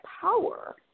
power